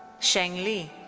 sheng li.